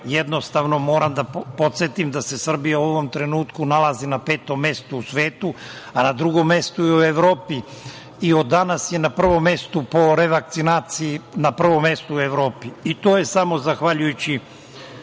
rezultate. Moram da podsetim da se Srbija u ovom trenutku nalazi na petom mestu u svetu, a na drugom mestu u Evropi i od danas je na prvom mestu po revakcinaciji u Evropi. To je samo zahvaljujući